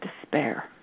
despair